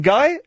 Guy